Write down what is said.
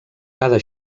cada